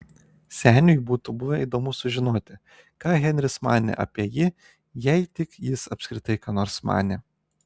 seniui būtų buvę įdomu sužinoti ką henris manė apie jį jei tik jis apskritai ką nors manė